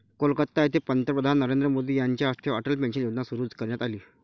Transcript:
कोलकाता येथे पंतप्रधान नरेंद्र मोदी यांच्या हस्ते अटल पेन्शन योजना सुरू करण्यात आली